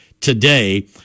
today